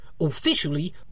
Officially